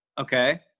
okay